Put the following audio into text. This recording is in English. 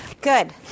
Good